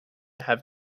have